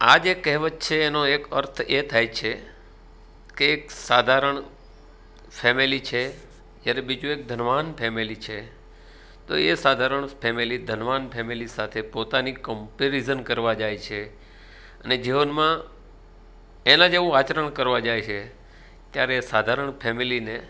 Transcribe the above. આ જે કહેવત છે એનો એક અર્થ એ થાય છે કે એક સાધારણ ફેમેલી છે જ્યારે બીજું એક ધનવાન ફેમેલી છે તો એ સાધારણ ફેમેલી ધનવાન ફેમેલી સાથે પોતાની કમ્પેરિઝન કરવા જાય છે અને જીવનમાં એના જેવું આચરણ કરવા જાય છે ત્યારે સાધારણ ફેમેલીને